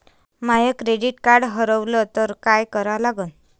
माय credit card हारवलं तर काय करा लागन?